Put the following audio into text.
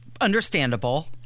understandable